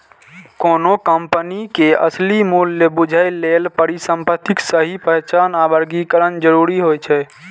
कोनो कंपनी के असली मूल्य बूझय लेल परिसंपत्तिक सही पहचान आ वर्गीकरण जरूरी होइ छै